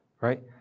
right